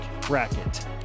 bracket